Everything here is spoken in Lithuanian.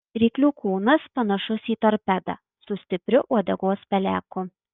ryklių kūnas panašus į torpedą su stipriu uodegos peleku